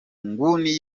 nguni